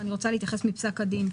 ואני רוצה להתייחס מפסק הדין.